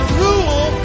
rule